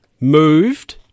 moved